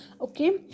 Okay